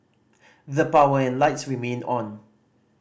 the power and lights remained on